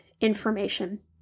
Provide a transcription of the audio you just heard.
information